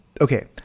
okay